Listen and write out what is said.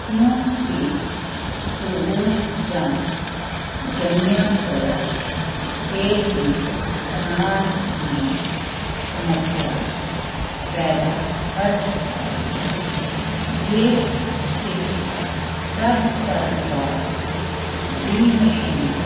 ਕਿਉਂਕਿ ਧੂੜ ਜਾਂ ਜੰਮਿਆ ਹੋਇਆ ਤੇਲ ਵੀ ਤਣਾਅ ਦੀ ਸਮੱਸਿਆ ਪੈਦਾ ਕਰ ਸਕਦਾ ਹੈ ਜੇ ਇਹ ਸਭ ਕਰਨ ਬਾਅਦ ਵੀ ਮਸ਼ੀਨ